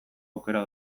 aukera